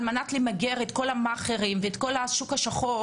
על מנת למגר את תופעת המאכערים והשוק השחור